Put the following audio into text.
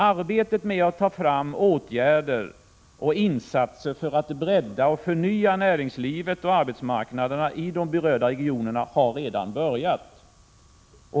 Arbetet med att vidta åtgärder för att bredda och förnya näringslivet och arbetsmarknaderna i de berörda regionerna har redan börjat.